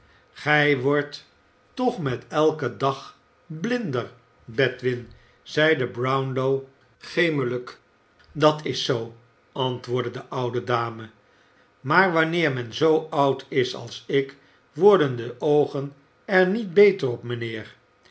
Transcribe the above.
oij wordt toch met eiken dag blinder bedwin zeide brownlow gemelijk dat is zoo antwoordde de oude dame maar wanneer men zoo oud is als ik worden de oogen er niet beter op mijnheer